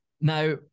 Now